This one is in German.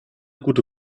gute